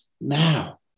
Now